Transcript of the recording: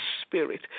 Spirit